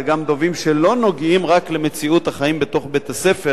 אלה גם דברים שלא נוגעים רק במציאות החיים בתוך בית-הספר,